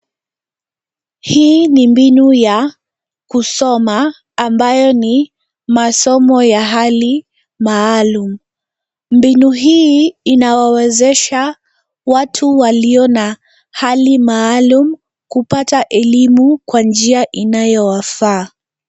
Hii ni mbinu ya kusoma ambayo ni masomo ya hali maalum. Mbinu hii inawawezesha watu walio na hali maalum kupata elilmu kwa njia inayi wafaa.